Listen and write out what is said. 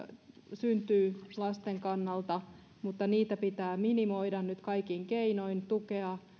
syntyy lasten kannalta mutta niitä pitää minimoida nyt kaikin keinoin tukea